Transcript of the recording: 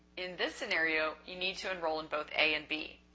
in this scenario, you need to enroll in both a and b.